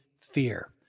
fear